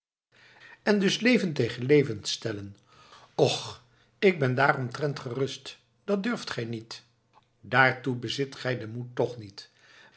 en dus leven tegen leven stellen och ik ben daaromtrent gerust dat durft gij niet daartoe bezit gij den moed toch niet